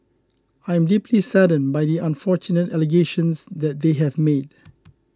I am deeply saddened by the unfortunate allegations that they have made